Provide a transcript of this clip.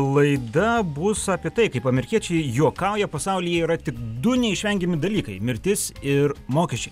laida bus apie tai kaip amerikiečiai juokauja pasaulyje yra tik du neišvengiami dalykai mirtis ir mokesčiai